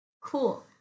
cool